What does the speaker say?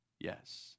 yes